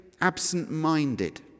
absent-minded